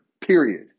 period